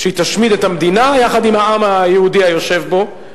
שהיא תשמיד את המדינה יחד עם העם היהודי היושב בה.